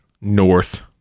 north